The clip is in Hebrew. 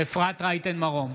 אפרת רייטן מרום,